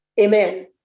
amen